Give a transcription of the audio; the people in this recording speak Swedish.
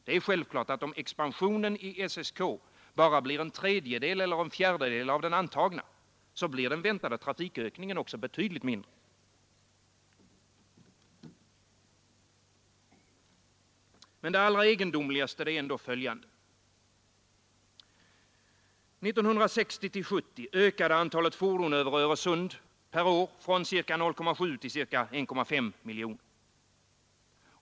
Det är självklart att om expansionen i SSK bara blir en tredjedel eller en fjärdedel av den antagna, så blir den väntade trafikökningen också betydligt mindre. ” Det allra egendomligaste är ändå följande. 1960—1970 ökade antalet fordon över Öresund per år från ca 0,7 till ca 1,5 miljoner.